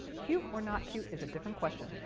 cute or not cute is a different question,